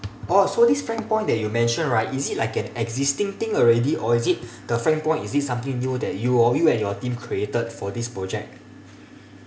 oh so this frank points that you mention right is it like an existing thing already or is it the frank point is it something new that you all you and your team created for this project